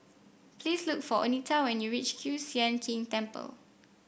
please look for Oneta when you reach Kiew Sian King Temple